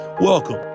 Welcome